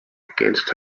against